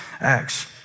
Acts